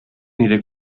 nire